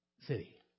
city